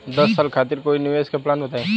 दस साल खातिर कोई निवेश के प्लान बताई?